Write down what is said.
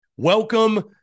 Welcome